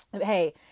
Hey